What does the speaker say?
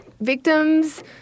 Victims